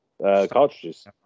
cartridges